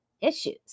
issues